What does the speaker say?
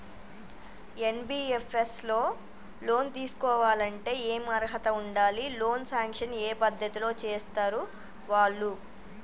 NBFS లో loan తీస్కోవాలంటే ఏం అర్హత ఉండాలి? లోన్ సాంక్షన్ ఏ పద్ధతి లో చేస్తరు వాళ్లు?